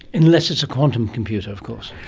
unless it's a quantum computer of course.